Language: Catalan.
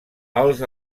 els